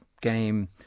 game